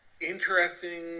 interesting